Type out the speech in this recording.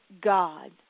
God